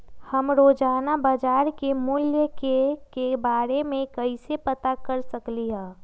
हम रोजाना बाजार के मूल्य के के बारे में कैसे पता कर सकली ह?